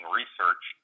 research